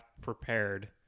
prepared